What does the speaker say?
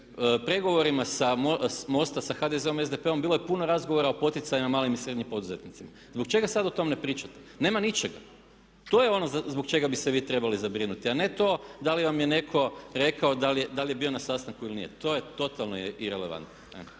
pregovorima MOST-a sa HDZ-om i SDP-om bilo je puno razgovora o poticajima malim i srednjim poduzetnicima? Zbog čega sad o tom ne pričate? Nema ničega. To je ono zbog čega bi se vi trebali zabrinuti, a ne to da li vam je netko rekao da li je bio na sastanku ili nije. To je totalno irelevantno.